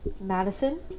madison